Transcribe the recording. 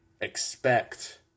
expect